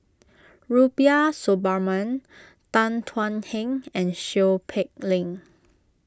Rubiah Suparman Tan Thuan Heng and Seow Peck Leng